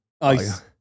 ice